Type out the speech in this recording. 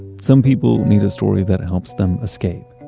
some people need a story that helps them escape.